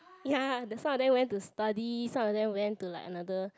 ya the some of them went to study some of them went to like another